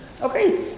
Okay